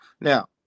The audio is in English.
Now